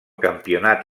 campionat